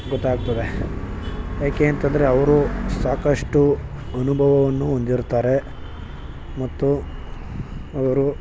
ಗೊತ್ತಾಗ್ತದೆ ಯಾಕೆ ಅಂತಂದರೆ ಅವರು ಸಾಕಷ್ಟು ಅನುಭವವನ್ನು ಹೊಂದಿರ್ತಾರೆ ಮತ್ತು ಅವರು